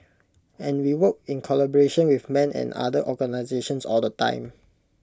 and we work in collaboration with men and other organisations all the time